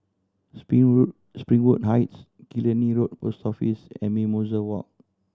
Springwood Springwood Heights Killiney Road Post Office and Mimosa Walk